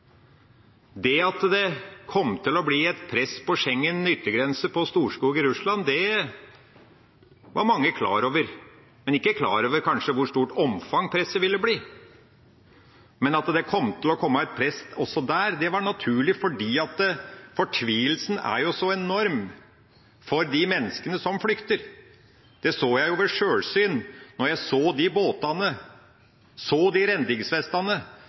Det at det kom til å bli et press på Schengens yttergrense på Storskog ved Russland, var mange klar over, men kanskje ikke klar over i hvor stort omfang presset ville bli. Men at det kom til å komme et press også der, var naturlig, for fortvilelsen er så enorm hos de menneskene som flykter. Det så jeg ved sjølsyn da jeg så de båtene, så de